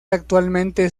actualmente